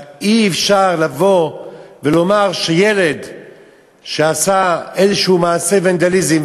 אבל אי-אפשר לבוא ולומר שילד שעשה איזה מעשה ונדליזם,